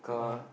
(uh huh)